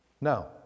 Now